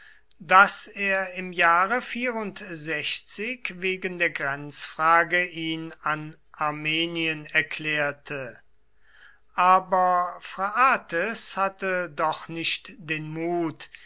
daß er im jahre wegen der grenzfrage ihn an armenien erklärte aber phraates hatte doch nicht den mut